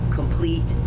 complete